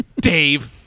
Dave